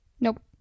Nope